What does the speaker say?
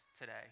today